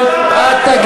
אין לכם זכות להטיף מוסר.